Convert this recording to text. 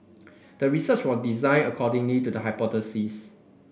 the research was designed accordingly to the hypothesis